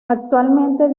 actualmente